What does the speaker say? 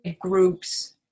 groups